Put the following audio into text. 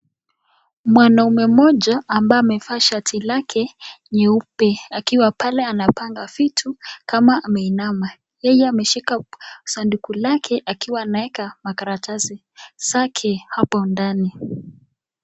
Mwanaume mmoja ambaye amevaa shati lake nyeupe, akiwa pale anapanga vitu kama ameinama. Yeye ameshika sanduku lake akiwa anaeka makaratasi zake hapo ndani.